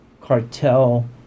cartel